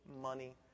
money